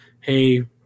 hey